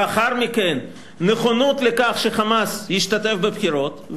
לאחר מכן נכונות לכך ש"חמאס" ישתתף בבחירות,